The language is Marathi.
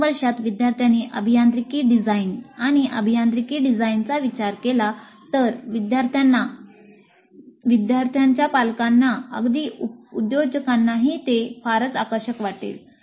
प्रथम वर्षात विद्यार्थ्यांनी अभियांत्रिकी डिझाइन आणि अभियांत्रिकी डिझाइनचा विचार केला तर विद्यार्थ्यांना पालकांना अगदी उद्योगांनाही ते फारच आकर्षक वाटले